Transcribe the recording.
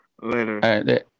Later